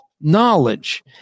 knowledge